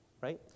right